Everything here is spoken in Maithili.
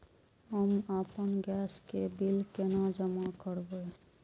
हम आपन गैस के बिल केना जमा करबे?